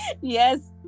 Yes